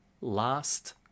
last